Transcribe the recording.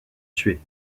tués